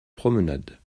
promenade